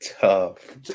Tough